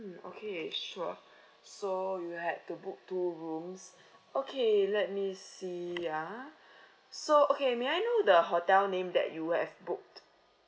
mm okay sure so you had to book two rooms okay let me see ah so okay may I know the hotel name that you have booked